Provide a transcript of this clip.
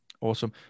Awesome